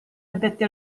addetti